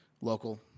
local